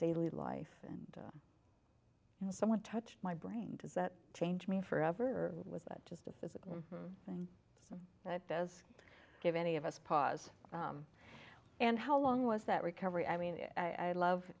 daily life and you know someone touched my brain does that change me forever or was it just a physical thing that does give any of us pause and how long was that recovery i mean i love